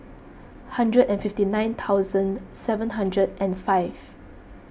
hundred and fifty nine seven hundred and five